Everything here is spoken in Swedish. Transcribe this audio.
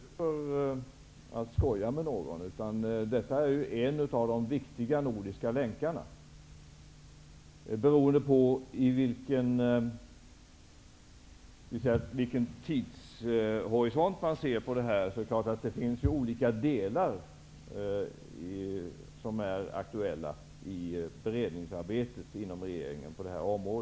Herr talman! Jag skojar inte med någon. Detta är en av de viktiga nordiska länkarna. Beroende på i vilken tidshorisont man ser på detta finns det olika aktuella delar i beredningsarbetet i regeringen.